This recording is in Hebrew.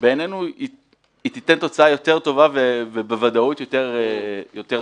בעינינו תיתן תוצאה יותר טובה ובוודאות יותר טוב.